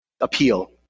appeal